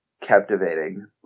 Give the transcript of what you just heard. captivating